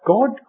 God